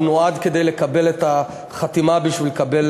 היא נועדה לתת את החתימה בשביל לקבל